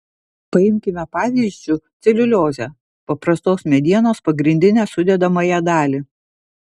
paimkime pavyzdžiu celiuliozę paprastos medienos pagrindinę sudedamąją dalį